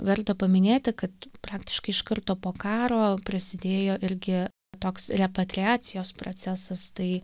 verta paminėti kad praktiškai iš karto po karo prasidėjo irgi toks repatriacijos procesas tai